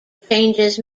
changes